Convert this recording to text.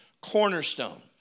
cornerstone